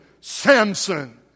Samson